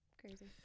Crazy